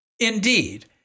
Indeed